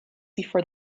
before